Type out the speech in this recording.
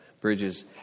bridges